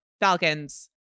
Falcons